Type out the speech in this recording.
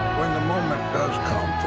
when the moment does come